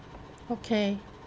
okay